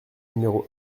numéro